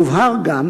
יובהר גם